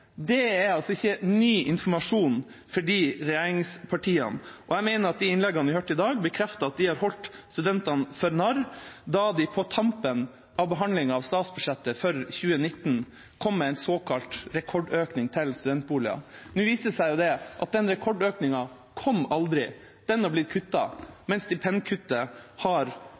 Det er altså ikke ny informasjon for de regjeringspartiene. Jeg mener at de innleggene vi har hørt i dag, bekrefter at de holdt studentene for narr da de på tampen av behandlingen av statsbudsjettet for 2019 kom med en såkalt rekordøkning til studentboliger. Nå viser det seg at den rekordøkningen aldri kom. Den har blitt kuttet, mens stipendkuttet har